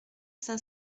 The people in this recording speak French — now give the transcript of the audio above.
cinq